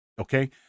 Okay